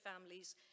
families